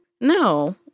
No